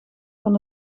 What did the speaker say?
van